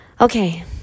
Okay